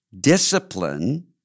discipline